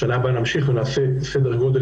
בשנה הבאה נמשיך ונעשה סדר גודל